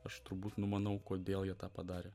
aš turbūt numanau kodėl jie tą padarė